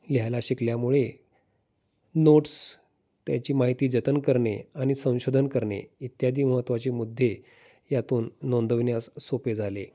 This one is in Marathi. लिहायला शिकल्यामुळे नोट्स त्याची माहिती जतन करणे आणि संशोधन करणे इत्यादी महत्त्वाचे मुद्दे यातून नोंदविण्यास सोपे झाले